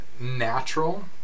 natural